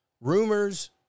rumors